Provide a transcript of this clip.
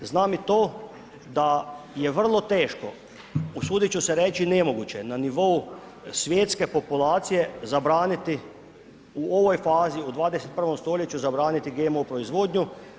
Znam i to da je vrlo teško, usudit ću se reći nemoguće na nivou svjetske populacije zabraniti u ovoj fazi, u 21. st. zabraniti GMO proizvodnju.